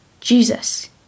jesus